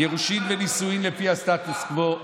גירושין ונישואין לפי הסטטוס קוו,